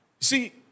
see